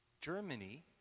Germany